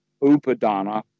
upadana